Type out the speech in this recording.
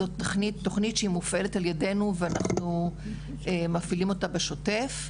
זאת תוכנית שהיא מופעלת על ידנו ואנחנו מפעילים אותה בשוטף.